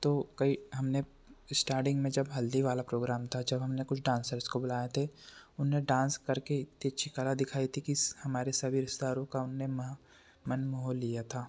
तो कई हमने स्टार्टिंग में जब हल्दी वाला प्रोग्राम था जब हमने कुछ डांसर्स को बुलाए थे उन्हें डांस करके इतनी अच्छी कला दिखाई थी कि हमारे सभी रिश्तेदारों का उन्होंने महा मन मोह लिया था